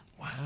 Wow